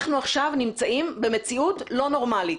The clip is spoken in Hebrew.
אנחנו עכשיו נמצאים במציאות לא נורמלית.